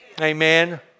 Amen